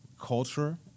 culture